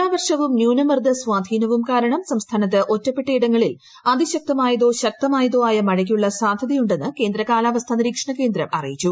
തുലാവർഷവും ന്യൂനമർദ്ദ സ്വാധീനവും കാരണം സംസ്ഥാനത്ത് ഒറ്റപ്പെട്ടയിടങ്ങളിൽ അതിശക്തമായതോ ശക്തമായതോ ആയ മഴക്കുള്ള സാധൃതയുണ്ടെന്ന് കേന്ദ്ര കാലാവസ്ഥാ നിരീക്ഷണ കേന്ദ്രം അറിയിച്ചു